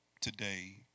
today